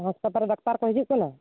ᱦᱟᱥᱯᱟᱛᱟᱞ ᱰᱟᱠᱛᱟᱨ ᱠᱚ ᱦᱤᱡᱩᱜ ᱠᱟᱱᱟ